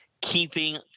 keeping